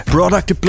Product